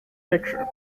picture